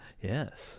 Yes